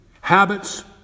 Habits